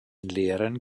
lehrern